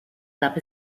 gab